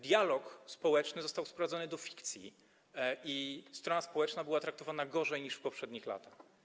Dialog społeczny został sprowadzony do fikcji i strona społeczna była traktowana gorzej niż w poprzednich latach.